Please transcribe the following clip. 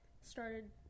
started